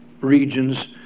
regions